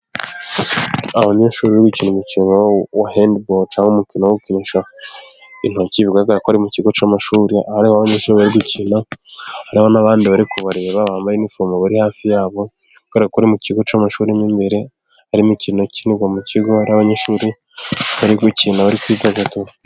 Abanyeshuri bari gukina imikino wa hediboru cyangwa umukino wogukinisha intoki, bavuga ko mu kigo cy'amashuri aho hari abanyeshuri bari gukina, hari n'abandi bari kubareba bambaye iniforome bari hafi yabo, kubera ko bari mu kigo cy'amashuri' imbere ari umukinoi ukinirwa mu kigo, hari abanyeshuri bari gukina bari kwidagadura.